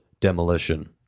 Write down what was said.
demolition